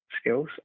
skills